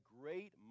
great